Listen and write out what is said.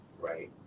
Right